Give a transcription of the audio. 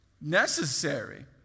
necessary